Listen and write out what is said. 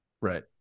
Right